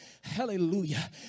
Hallelujah